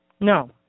No